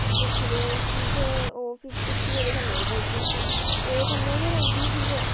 दिक्खदे उस्सी ते उस्सी ओह्दे कन्नै गै भेजी ओड़दे ओह्दे कन्नै गै रौंह्दी फिर